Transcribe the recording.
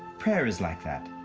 prayer is like that.